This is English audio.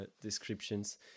descriptions